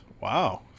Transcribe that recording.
wow